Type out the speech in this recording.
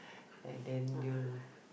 and then the